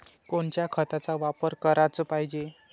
कोनच्या खताचा वापर कराच पायजे?